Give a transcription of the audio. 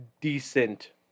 decent